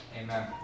amen